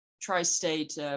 tri-state